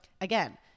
again